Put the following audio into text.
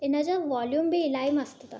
इन जो वॉल्युम बि इलाही मस्तु अथसि